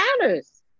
matters